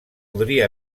podria